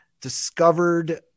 discovered